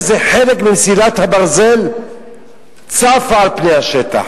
כל יום אנחנו שומעים שאיזה חלק ממסילת הברזל צף על פני השטח.